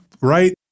right